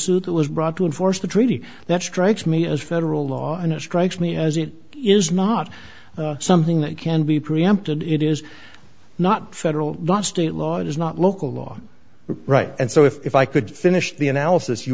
suit was brought to enforce the treaty that strikes me as federal law and it strikes me as it is not something that can be preempted it is not federal law state law it is not local law right and so if i could finish the analysis you